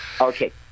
Okay